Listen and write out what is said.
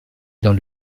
dans